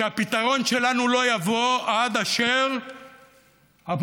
שהפתרון שלנו לא יבוא עד אשר הפלסטינים